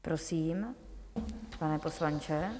Prosím, pane poslanče.